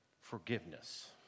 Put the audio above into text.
Forgiveness